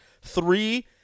Three